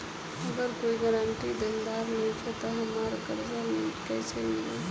अगर कोई गारंटी देनदार नईखे त हमरा कर्जा कैसे मिली?